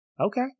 okay